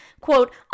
quote